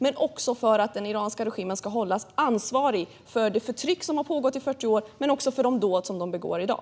Vad krävs för att den iranska regimen ska kunna hållas ansvarig för det förtryck som har pågått i 40 år men också för de dåd som de begår i dag?